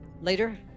later